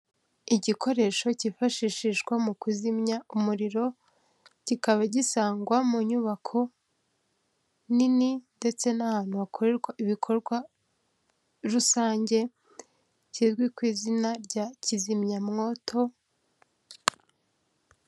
Igikoresho kifashishwa mu kuzimya umuriro, kikaba gisangwa mu nyubako, nini ndetse n'ahantu hakorerwa ibikorwa rusange, kizwi ku izina rya kizimyamwoto.